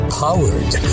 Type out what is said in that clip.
powered